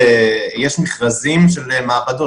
יש מכרזים של מעבדות,